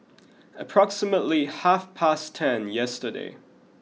approximately half past ten yesterday